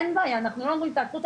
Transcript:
אין בעיה ואנחנו לא אומרים תעצרו את